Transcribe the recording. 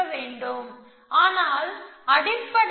இதேபோல் இதற்கு சில விஷயங்கள் தேவைப்படுகிறது